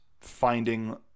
finding